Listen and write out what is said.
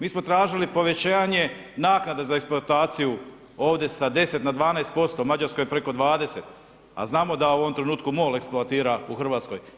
Mi smo tražili povećanje naknada za eksploataciju ovdje sa 10 na 12%, Mađarska je preko 20, a znamo da u ovom trenutku MOL eksploatira u RH.